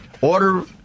Order